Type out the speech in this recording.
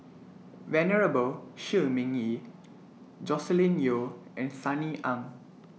Venerable Shi Ming Yi Joscelin Yeo and Sunny Ang